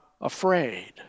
afraid